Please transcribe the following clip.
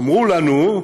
אמרו לנו,